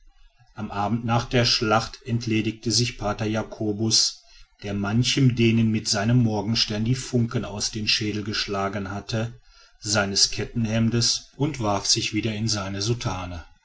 am abend nach der schlacht entledigte sich pater jacobus der manchem dänen mit seinem morgenstern die funken aus den schädeln geschlagen hatte seines kettenhemdes und warf sich wieder in seine soutane